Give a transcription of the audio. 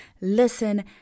listen